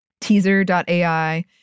Teaser.ai